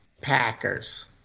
Packers